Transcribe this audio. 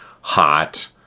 hot